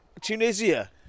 Tunisia